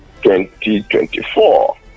2024